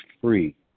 free